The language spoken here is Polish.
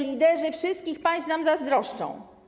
Liderzy wszystkich państw nam zazdroszczą.